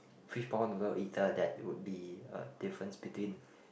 fishball noodle eater that would be a difference between